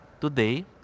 today